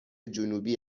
جنوبی